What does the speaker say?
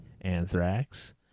Anthrax